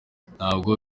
ntabwo